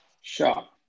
Sure